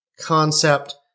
concept